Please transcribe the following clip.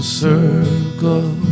circle